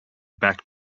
back